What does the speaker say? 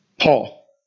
Paul